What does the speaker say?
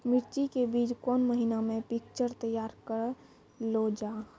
मिर्ची के बीज कौन महीना मे पिक्चर तैयार करऽ लो जा?